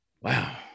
Wow